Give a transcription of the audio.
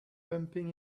bumping